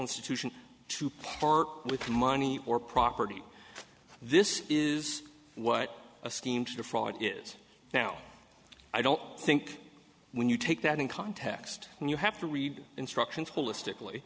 institution to part with money or property this is what a scheme to defraud is now i don't think when you take that in context and you have to read instructions holistic